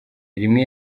rimwe